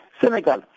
Senegal